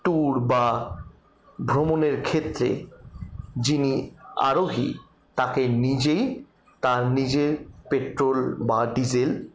tour বা ভ্রমণের ক্ষেত্রে যিনি আরোহী তাকে নিজেই তার নিজের পেট্রোল বা ডিজেল